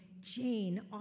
jane